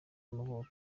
y’amavuko